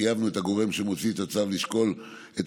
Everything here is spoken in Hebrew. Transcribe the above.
חייבנו את הגורם שמוציא את הצו לשקול את